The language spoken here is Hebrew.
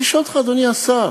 אני שואל אותך, אדוני השר,